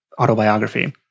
autobiography